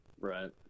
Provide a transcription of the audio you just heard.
Right